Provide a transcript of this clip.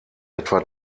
etwa